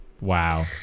Wow